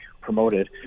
promoted